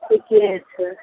ठिके छै